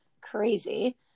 crazy